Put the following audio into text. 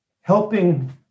helping